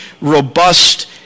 robust